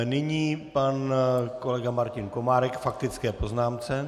Nyní pan kolega Martin Komárek k faktické poznámce.